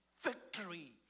victory